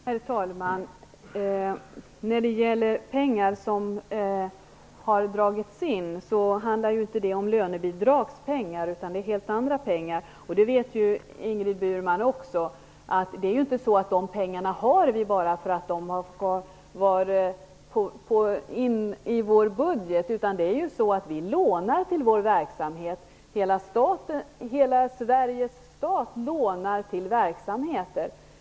Herr talman! De pengar som har dragits in är inte lönebidragspengar. Det är helt andra pengar. Även Ingrid Burman vet att det inte är pengar som vi har bara för att de finns med i vår budget. Vi lånar till vår verksamhet. Staten, hela Sverige, lånar till verksamheter.